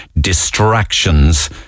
distractions